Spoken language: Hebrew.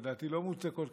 לדעתי לא מוצדקות,